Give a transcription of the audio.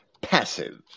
passive